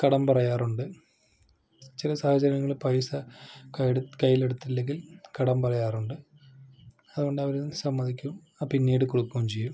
കടം പറയാറുണ്ട് ചില സാഹചര്യങ്ങളിൽ പൈസ കൈയെ കയ്യിലെടുത്തില്ലെങ്കിൽ കടം പറയാറുണ്ട് അതുകൊണ്ട് അവർ സമ്മതിക്കും ആ പിന്നീട് കൊടുക്കുകയും ചെയ്യും